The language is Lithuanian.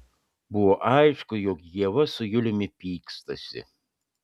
buvo aišku jog ieva su juliumi pykstasi